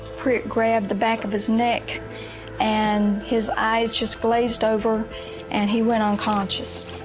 prit grabbed the back of his neck and his eyes just glazed over and he went unconscious.